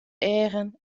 eagen